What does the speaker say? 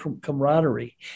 camaraderie